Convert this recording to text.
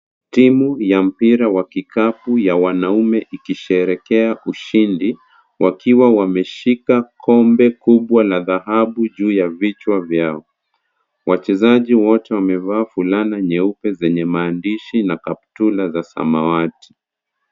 Timu ya mpira wa kikapu ya wanaume ikisherehekea ushindi, wakiwa wameshika kombe kubwa la dhahabu juu ya vichwa vyao. Wachezaji wote wamevaa fulana nyeupe zenye maandishi na kaptula za samawati.